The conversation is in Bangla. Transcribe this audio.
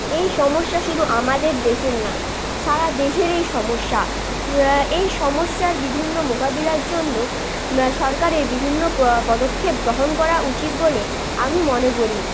এই সমস্যা শুধু আমাদের দেশের না সারা দেশের এই সমস্যা এই সমস্যার বিভিন্ন মোকাবিলার জন্য সরকারের বিভিন্ন পদক্ষেপ গ্রহণ করা উচিত বলে আমি মনে করি